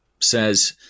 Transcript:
says